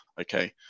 okay